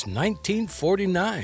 1949